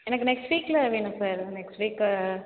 எனக்கு நெக்ஸ்ட் வீக்கில் வேணும் சார் நெக்ஸ்ட் வீக்கு